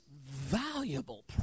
valuable